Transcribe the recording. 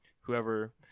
whoever